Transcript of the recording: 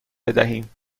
بدهیم